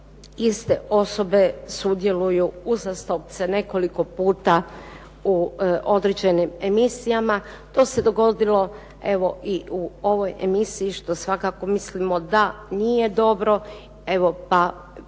iste osobe sudjeluju uzastopce nekoliko puta u određenim emisijama. To se dogodilo evo i u ovoj emisiji što svakako mislimo da nije dobro